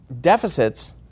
deficits